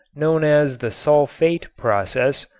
known as the sulfate process,